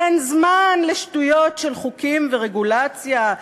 אין זמן לשטויות של חוקים ורגולציה,